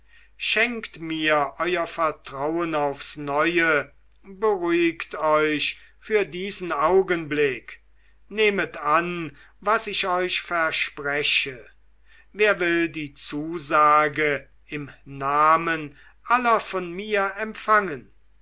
schenkt mir euer vertrauen aufs neue beruhigt euch für diesen augenblick nehmet an was ich euch verspreche wer will die zusage im namen aller von mir empfangen